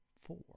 four